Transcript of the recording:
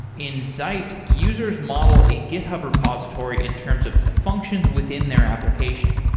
in zeit, users model a github repository in terms of the functions within their application.